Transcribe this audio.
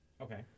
Okay